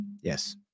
Yes